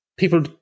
people